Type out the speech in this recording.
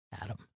Adam